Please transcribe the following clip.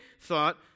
thought